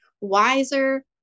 wiser